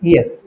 Yes